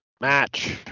match